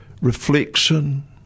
reflection